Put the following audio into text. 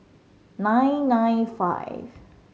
nine nine five